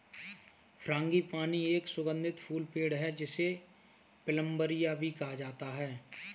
frangipani एक सुगंधित फूल पेड़ है, जिसे प्लंबरिया भी कहा जाता है